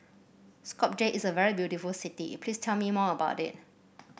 Skopje is a very beautiful city please tell me more about it